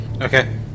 Okay